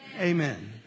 Amen